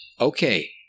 Okay